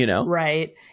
Right